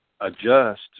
adjust